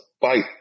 fight